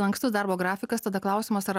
lankstus darbo grafikas tada klausimas ar